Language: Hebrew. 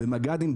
ומג"דים,